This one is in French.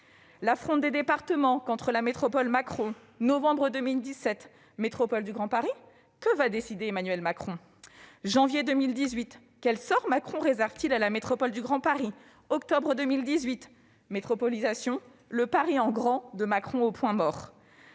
La fronde des départements contre la métropole " Macron "». Novembre 2017 :« Métropole du Grand Paris : que va décider Emmanuel Macron ?» Janvier 2018 :« Quel sort Macron réserve-t-il à la métropole du Grand Paris ?» Octobre 2018 :« Métropolisation : le Paris en grand de Macron au point mort